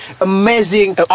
amazing